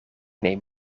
neem